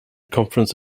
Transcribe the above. conference